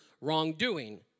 wrongdoing